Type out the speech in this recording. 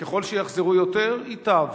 ככל שיחזרו יותר ייטב.